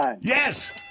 Yes